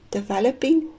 Developing